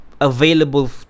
available